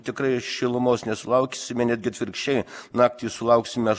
tikrai šilumos nesulauksime netgi atvirkščiai naktį sulauksime